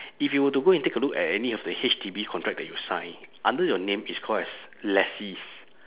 if you were to go and take a look at any of the H_D_B contract that you sign under your name it's called as lessees